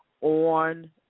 on